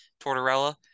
Tortorella